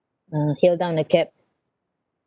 uh hail down a cab